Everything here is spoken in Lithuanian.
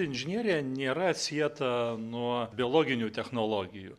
inžinerija nėra atsieta nuo biologinių technologijų